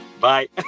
Bye